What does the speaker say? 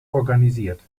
organisiert